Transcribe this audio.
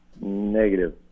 negative